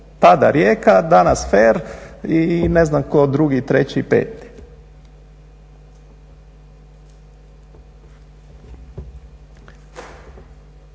Tada Rijeka, danas FER i ne znam tko drugi, treći, peti.